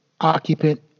occupant